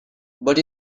but